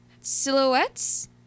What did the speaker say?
Silhouettes